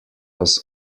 was